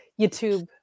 YouTube